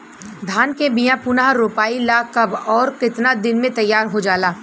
धान के बिया पुनः रोपाई ला कब और केतना दिन में तैयार होजाला?